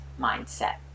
mindset